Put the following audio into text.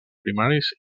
primaris